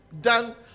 done